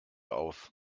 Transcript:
auf